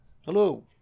Hello